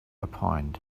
opined